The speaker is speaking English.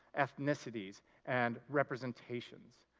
ethnicities and representations.